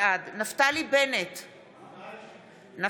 בעד יוסף ג'בארין,